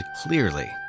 clearly